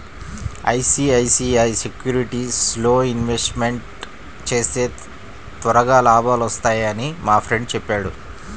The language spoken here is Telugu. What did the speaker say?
ఐసీఐసీఐ సెక్యూరిటీస్లో ఇన్వెస్ట్మెంట్ చేస్తే త్వరగా లాభాలొత్తన్నయ్యని మా ఫ్రెండు చెప్పాడు